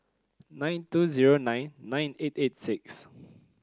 nine two zero nine nine eight eight six